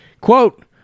Quote